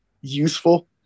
useful